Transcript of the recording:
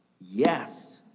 Yes